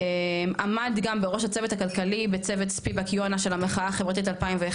עמד גם בראש הצוות הכלכלי בצוות ספיבק יונה של המחאה החברתית 2011,